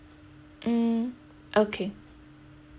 mm okay